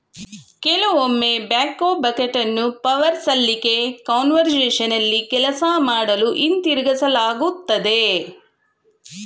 ಕೆಲವೊಮ್ಮೆ ಬ್ಯಾಕ್ಹೋ ಬಕೆಟನ್ನು ಪವರ್ ಸಲಿಕೆ ಕಾನ್ಫಿಗರೇಶನ್ನಲ್ಲಿ ಕೆಲಸ ಮಾಡಲು ಹಿಂತಿರುಗಿಸಲಾಗ್ತದೆ